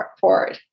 forward